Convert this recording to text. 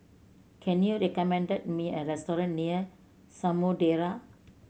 can you recommend me a restaurant near Samudera